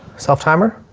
self timer,